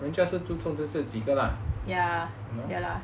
just 尊重些的人只有几个 lah